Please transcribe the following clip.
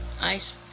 ice